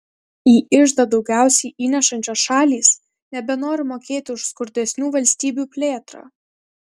į iždą daugiausiai įnešančios šalys nebenori mokėti už skurdesnių valstybių plėtrą